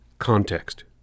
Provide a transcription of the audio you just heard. context